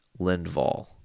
Lindvall